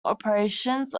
operations